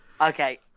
Okay